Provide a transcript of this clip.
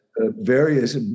various